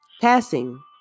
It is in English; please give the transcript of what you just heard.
Passing